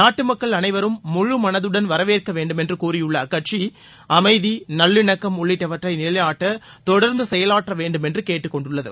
நாட்டு மக்கள் அனைவரும் முழுமனதுடன் வரவேற்க வேண்டுமென்று கூறியுள்ள அக்கட்சி அமைதி நல்லிணக்கம் உள்ளிட்டவற்றை நிலைநாட்ட தொடர்ந்து செயலாற்ற வேண்டுமென்று கேட்டுக் கொண்டுள்ளது